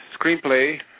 screenplay